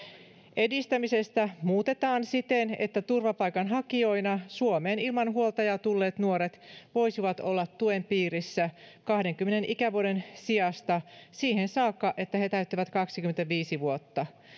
edistämisestä muutetaan siten että turvapaikanhakijoina suomeen ilman huoltajaa tulleet nuoret voisivat olla tuen piirissä kahdenkymmenen ikävuoden sijasta siihen saakka että he täyttävät kaksikymmentäviisi vuotta